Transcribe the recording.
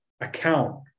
account